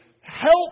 Help